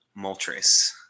Moltres